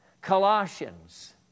Colossians